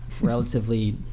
Relatively